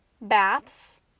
baths